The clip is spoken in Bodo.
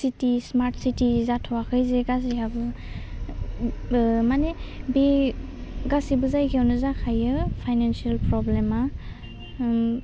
सिटि स्माट सिटि जाथ'वाखै ओह मानि बे गासिबो जायगायाावनो जाखायो फाइनानसियेल प्रब्लेमा ओम